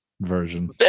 version